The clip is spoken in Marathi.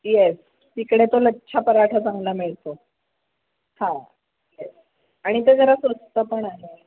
येस तिकडे तो लच्छा पराठा चांगला मिळतो हां आणि ते जरा स्वस्त पण आहे